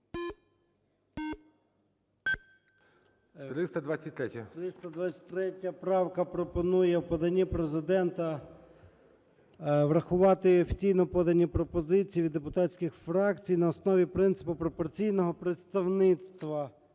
323-я правка пропонує в поданні Президента врахувати офіційно подані пропозиції від депутатських фракцій на основі принципу пропорційного представництва.